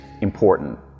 important